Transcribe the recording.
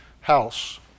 house